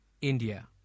India